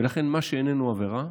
ולכן מה שאיננו עבירה,